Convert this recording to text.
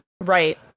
Right